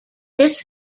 this